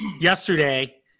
yesterday